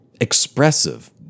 expressive